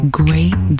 great